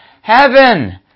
heaven